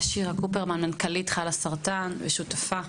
שירה קופרמן, מנכ״לית ׳חלאסרטן׳ ושותפה.